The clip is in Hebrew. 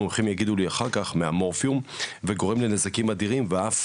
המומחים יגידו לי אחר כך מהמורפיום וגורם לנזקים אדירים ואף,